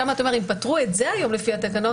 שם אתה אומר שאם פטרו את זה היום לפי התקנות